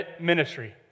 ministry